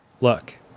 look